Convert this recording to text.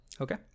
Okay